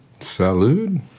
Salud